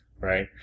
Right